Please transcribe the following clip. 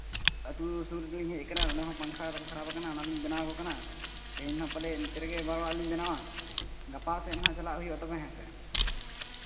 ᱟᱛᱳ ᱥᱩᱨ ᱨᱮᱞᱤᱧ ᱦᱮᱡ ᱠᱟᱱᱟ ᱱᱚᱰᱮ ᱦᱚᱸ ᱯᱟᱝᱠᱷᱟ ᱛᱟᱠᱚ ᱠᱷᱟᱨᱟᱯ ᱠᱟᱱᱟ ᱚᱱᱟᱞᱤᱧ ᱵᱮᱱᱟᱣ ᱟᱠᱚ ᱠᱟᱱᱟ ᱛᱮᱦᱮᱧ ᱢᱟ ᱯᱟᱞᱮᱫ ᱱᱚᱛᱮ ᱨᱮᱜᱮ ᱵᱟᱨ ᱦᱚᱲᱟᱜ ᱞᱤᱧ ᱵᱮᱱᱟᱣᱟ ᱜᱟᱯᱟ ᱥᱮᱫ ᱦᱟᱸᱜ ᱪᱟᱞᱟᱜ ᱦᱩᱭᱩᱜᱼᱟ ᱦᱮᱸ ᱥᱮ